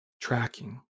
tracking